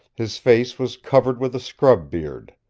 his face was covered with a scrub beard.